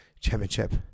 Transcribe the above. Championship